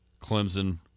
Clemson